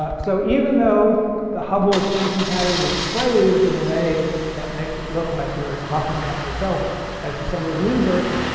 so even though the hubble expansion pattern is phrased in a way that makes it look like you're talking about yourself as the center of the universe,